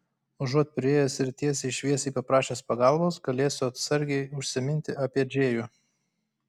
užuot priėjęs ir tiesiai šviesiai paprašęs pagalbos galėsiu atsargiai užsiminti apie džėjų